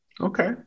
Okay